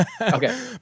okay